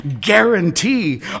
guarantee